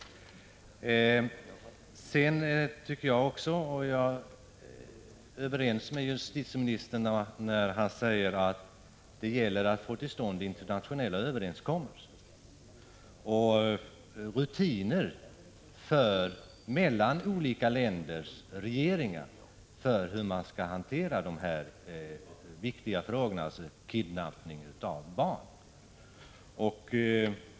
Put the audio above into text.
Jag är överens med justitieministern när han säger att det gäller att få till stånd internationella överenskommelser och rutiner mellan olika länders regeringar för hur man skall hantera dessa viktiga frågor, alltså kidnappning av barn.